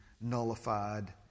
nullified